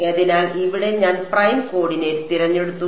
അതിനാൽ ഇവിടെ ഞാൻ പ്രൈം കോർഡിനേറ്റ് തിരഞ്ഞെടുത്തു